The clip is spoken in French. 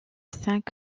cinq